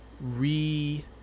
re